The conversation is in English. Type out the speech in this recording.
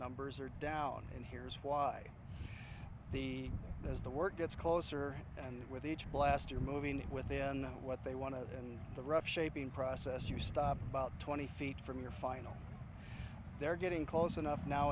numbers are down and here's why the as the work gets closer and with each blaster moving within what they want to and the rough shaping process you stop about twenty feet from your final they're getting close enough now